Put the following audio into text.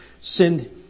send